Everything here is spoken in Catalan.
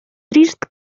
trist